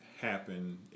happen